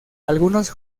algunos